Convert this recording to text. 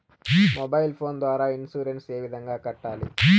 mobile phone ద్వారా insurance ఏ విధంగా కట్టాలి